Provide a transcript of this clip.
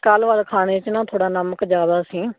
ਕੱਲ੍ਹ ਵਾਲਾ ਖਾਣੇ 'ਚ ਨਾ ਥੋੜ੍ਹਾ ਨਮਕ ਜ਼ਿਆਦਾ ਸੀ